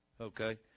okay